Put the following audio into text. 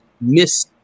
miss